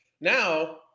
Now